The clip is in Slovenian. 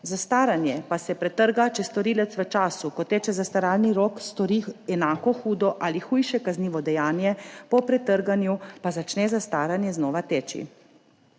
Zastaranje pa se pretrga, če storilec v času, ko teče zastaralni rok, stori enako hudo ali hujše kaznivo dejanje, po pretrganju pa začne zastaranje znova teči.